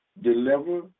deliver